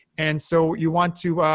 and so you want to